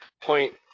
point